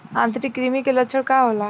आंतरिक कृमि के लक्षण का होला?